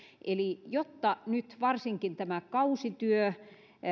eli jotta nyt varsinkin tämä kausityö